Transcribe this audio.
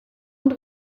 und